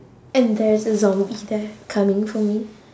and there is a zombie there coming for me